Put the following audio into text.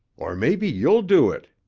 or maybe you'll do it?